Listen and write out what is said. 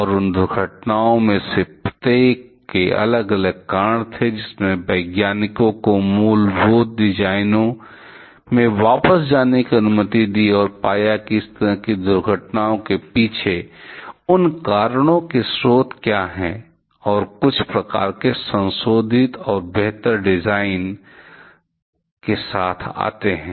और उन दुर्घटनाओं में से प्रत्येक के अलग अलग कारण थेजिसने वैज्ञानिक को मूलभूत डिजाइनों में वापस जाने की अनुमति दी और पाया कि इस तरह की दुर्घटनाओं के पीछे उन कारणों के स्रोत क्या हैं और कुछ प्रकार के संशोधित और बेहतर डिजाइन के साथ आते हैं